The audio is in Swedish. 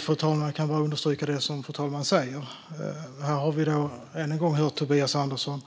Fru talman! Jag kan bara understryka det fru talmannen säger. Här har vi än en gång hört Tobias Andersson